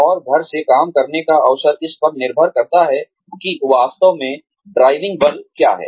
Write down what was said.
और घर से काम करने का अवसर इस पर निर्भर करता है कि वास्तव में ड्राइविंग बल क्या है